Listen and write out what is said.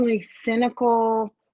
cynical